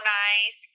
nice